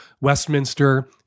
Westminster